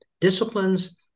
disciplines